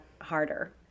harder